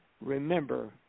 remember